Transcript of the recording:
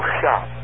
shop